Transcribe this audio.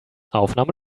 aufnahme